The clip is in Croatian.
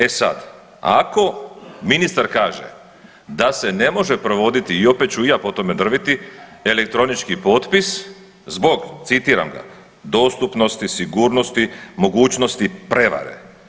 E sada, ako ministar kaže da se ne može provoditi i opet ću i ja po tome drviti elektronički potpis zbog citiram ga: „Dostupnosti, sigurnosti, mogućnosti prevare“